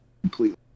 completely